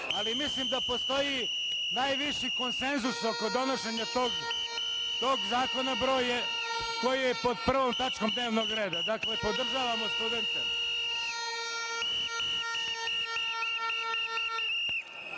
ali mislim da postoji najviši konsenzus oko donošenja tog zakona koji je pod 1. tačkom dnevnog reda, dakle, podržavamo studente.(Bogdan